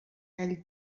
ell